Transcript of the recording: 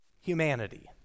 humanity